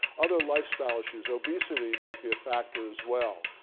other lifestyle issues, obesity, might be a factor as well.